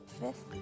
Fifth